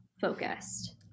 Focused